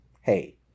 hey